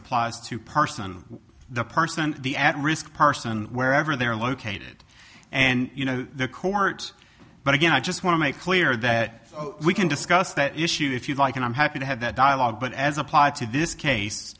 applies to person the person the at risk person wherever they're located and you know the court but again i just want to make clear that we can discuss that issue if you like and i'm happy to have that dialogue but as applied to this case